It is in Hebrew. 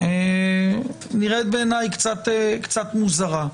נראית בעיניי קצת מוזרה,